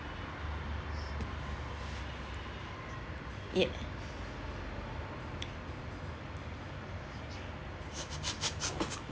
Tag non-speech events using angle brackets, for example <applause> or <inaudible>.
yeah <laughs>